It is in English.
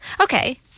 Okay